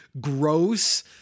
gross